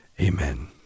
Amen